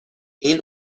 این